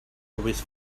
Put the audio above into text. always